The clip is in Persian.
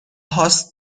هاست